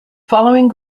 following